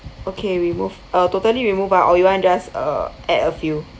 okay remove uh totally remove ah or you want just uh add a few